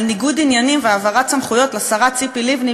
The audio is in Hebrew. ניגוד עניינים והעברת סמכויות לשרה ציפי לבני,